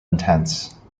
intense